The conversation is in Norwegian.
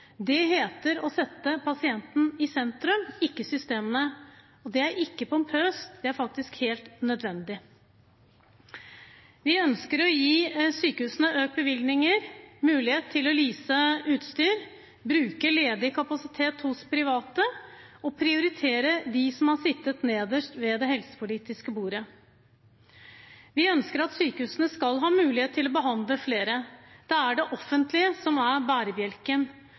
Det heter å sette pasienten i sentrum, ikke systemene. Det er ikke pompøst, det er faktisk helt nødvendig Vi ønsker å gi sykehusene økte bevilgninger, mulighet til lease utstyr, bruke ledig kapasitet hos private og prioritere dem som har sittet nederst ved det helsepolitiske bordet. Vi ønsker at sykehusene skal ha mulighet til å behandle flere, det er det offentlige som er bærebjelken.